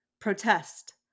Protest